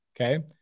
okay